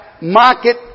market